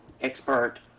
expert